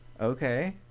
Okay